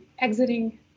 exiting